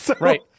Right